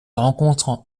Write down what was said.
rencontre